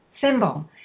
symbol